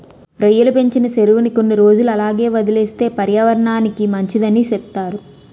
రొయ్యలు పెంచిన సెరువుని కొన్ని రోజులు అలాగే వదిలేస్తే పర్యావరనానికి మంచిదని సెప్తారు